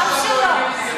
אמסלם,